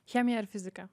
chemija ar fizika